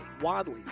Wadley